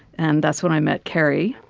and that's when i met carrie,